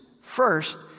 first